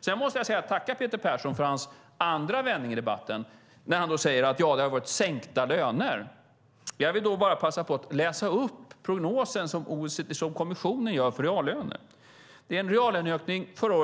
Sedan måste jag tacka Peter Persson för hans andra vändning i debatten, när han säger att det har varit sänkta löner. Jag vill då passa på att läsa upp den prognos som kommissionen gör för reallöner. Det är enligt kommissionen en reallöneökning förra